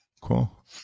Cool